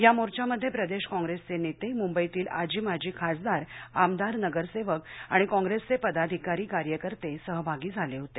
या मोर्चमध्ये प्रदेश काँप्रेसचे नेते मुंबईतील आजीमाजी खासदार आमदार नगरसेवक आणि काँप्रेसचे पदाधिकारी कार्यकर्ते सहभागी झाले होते